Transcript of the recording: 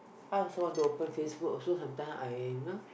I also want to open Facebook also sometimes I you know